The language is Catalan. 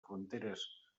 fronteres